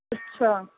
ਅੱਛਾ